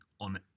on